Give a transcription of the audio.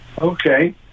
Okay